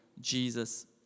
Jesus